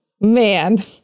Man